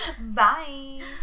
Bye